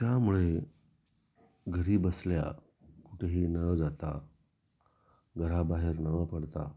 त्यामुळे घरी बसल्या कुठेही न जाता घराबाहेर न पडता